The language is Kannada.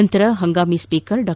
ನಂತರ ಹಂಗಾಮಿ ಸ್ಪೀಕರ್ ಡಾ